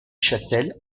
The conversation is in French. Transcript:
chatel